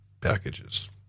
packages